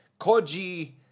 Koji